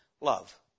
Love